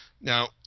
Now